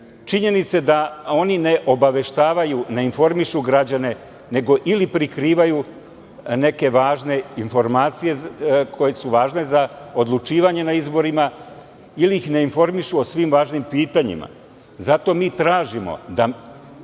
činjenice da oni ne obaveštavaju, ne informišu građane, nego ili prikrivaju neke važne informacije, koje su važne za odlučivanje na izborima, ili ih ne informišu o svim važnim pitanjima. Zato mi tražimo da